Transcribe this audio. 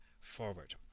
forward